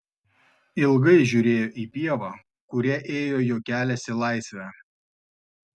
ilgai žiūrėjo į pievą kuria ėjo jo kelias į laisvę